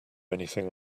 anything